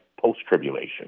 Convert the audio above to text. post-tribulation